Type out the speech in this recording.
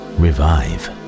revive